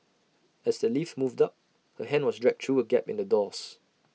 as the lift moved up her hand was dragged through A gap in the doors